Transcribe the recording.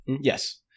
Yes